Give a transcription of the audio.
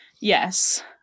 yes